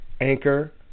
Anchor